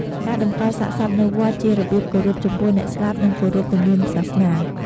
ការតម្កលសាកសពនៅវត្តជារបៀបគោរពចំពោះអ្នកស្លាប់និងគោរពទំនៀមសាសនា។